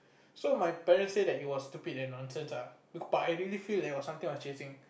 so my parent say that it was stupid and nonsense ah but I really feel that it was something was chasing